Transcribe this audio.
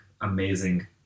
amazing